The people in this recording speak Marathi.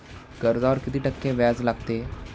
कर्जावर किती टक्के व्याज लागते?